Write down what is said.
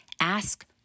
ask